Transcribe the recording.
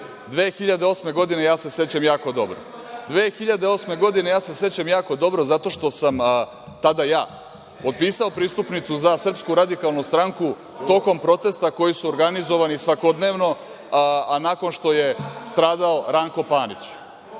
2008. godine, ja se sećam jako dobro, godine 2008. ja se sećam jako dobro, zato što sam tada ja potpisao pristupnicu za SRS tokom protesta koji su organizovani svakodnevno, a nakon što je stradao Ranko Panić.